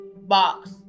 box